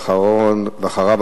ואחריו,